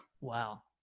Wow